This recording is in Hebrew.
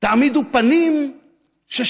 תעמידו פנים ששכחתם.